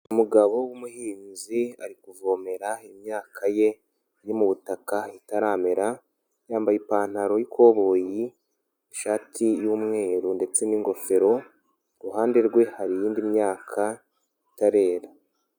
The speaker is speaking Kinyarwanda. Umugabo w'umuhinzi ari kuvomera imyaka ye iri mu butaka itaramera, yambaye ipantaro y'ikoboyi, ishati y'umweru ndetse n'ingofero, uruhande rwe hari iyindi myaka itarera.